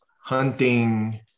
hunting